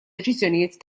deċiżjonijiet